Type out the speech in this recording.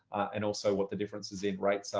and also what the differences in rates are.